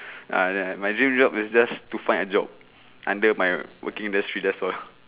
ah my dream job is just to find a job under my working industry that's all